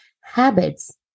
habits